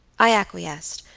i acquiesced.